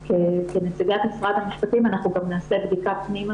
כנציגת משרד המשפטים אנחנו גם נעשה בדיקה פנימה